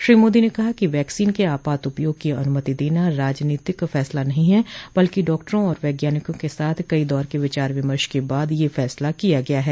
श्रो मोदी ने कहा कि वैक्सीन के आपात उपयोग की अनुमति देना राजनीतिक फैसला नहीं है बल्कि डॉक्टरों और वैज्ञानिकों के साथ कई दौर के विचार विमर्श के बाद यह फैसला किया गया है